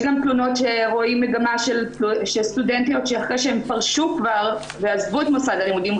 רואים מגמה ולפיה רק אחרי שסטודנטיות עזבו את מוסד הלימודים,